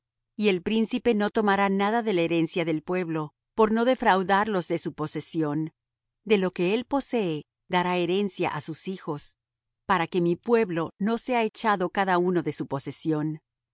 y el príncipe no tomará nada de la herencia del pueblo por no defraudarlos de su posesión de lo que él posee dará herencia á sus hijos para que mi pueblo no sea echado cada uno de su posesión